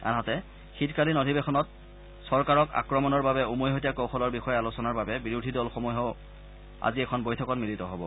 আনহাতে শীতকালীন অধিবেশনত চৰকাৰক আক্ৰমণৰ বাবে উমৈহতীয়া কৌশলৰ বিষয়ে আলোচনাৰ বাবে বিৰোধি দলসমূহেও আজি এখন বৈঠকত মিলিত হব